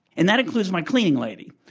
and that includes my cleaning lady,